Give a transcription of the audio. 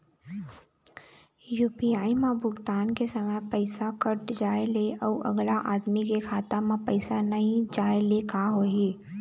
UPI म भुगतान के समय पैसा कट जाय ले, अउ अगला आदमी के खाता म पैसा नई जाय ले का होही?